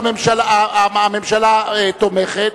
הממשלה תומכת,